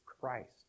Christ